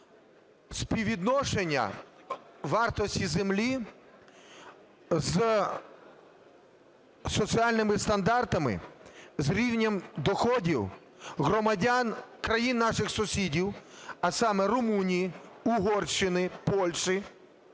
співвідношення вартості землі з соціальними стандартами, з рівнем доходів громадян країн наших сусідів, а саме Румунії, Угорщини, Польщі